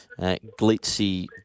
Glitzy